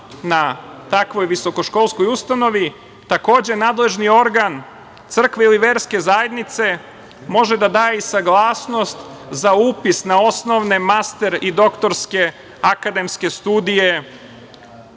na takvoj visokoškolskoj ustanovi. Takođe, nadležni organ Crkve ili verske zajednice može da daje i saglasnost za upis na osnovne, master i doktorske akademske studije